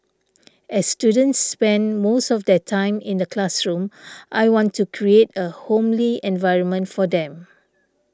as students spend most of their time in the classroom I want to create a homely environment for them